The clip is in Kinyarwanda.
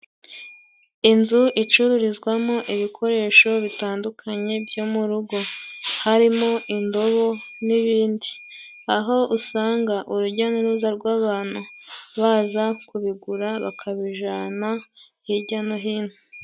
Inzu icururizwamo ibikoresho bitandukanye byo mu rugo, harimo indobo n'ibindi aho usanga urujya n'uruza rw' abantu baza kubigura bakabijana hirya no hino.